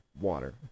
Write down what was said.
water